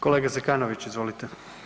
Kolega Zekanović, izvolite.